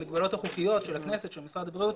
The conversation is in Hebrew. המגבלות החוקיות של הכנסת ושל משרד הבריאות,